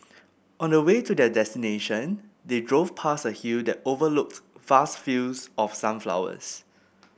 on the way to their destination they drove past a hill that overlooked vast fields of sunflowers